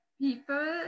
people